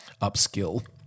upskill